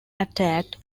attacked